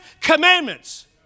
commandments